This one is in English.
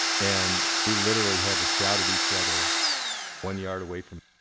and we literally had to shout at each other one yard away from